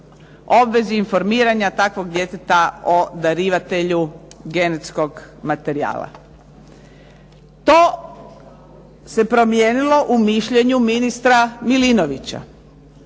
obvezu informiranja takvog djeteta o darivatelju genetskog materijala. To se promijenilo u mišljenju ministra Milinovića.